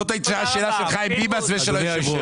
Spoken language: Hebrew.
זאת הייתה השאלה של חיים ביבס ושל היושב-ראש.